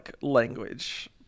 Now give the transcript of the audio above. language